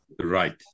Right